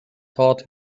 taught